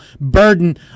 burden